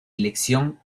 elección